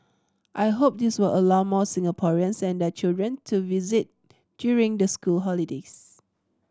I hope this will allow more Singaporeans and their children to visit during the school holidays